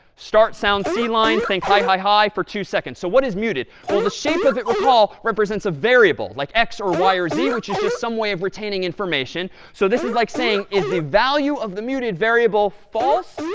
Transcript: start sounds sea lion, think hi hi hi for two seconds. so what is muted? well, the shape of it, recall, represents a variable, like x or y or z, which is just some way of retaining information. so this is like saying, is the value of the muted variable false?